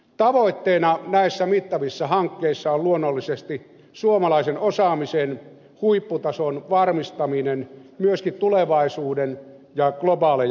tavoitteena näissä mittavissa hankkeissa on luonnollisesti suomalaisen osaamisen huipputason varmistaminen myöskin tulevaisuuden ja globaaleja haasteita varten